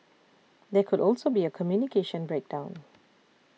there could also be a communication breakdown